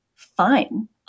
fine